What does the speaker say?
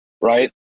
right